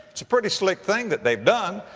it's a pretty slick thing that they've done.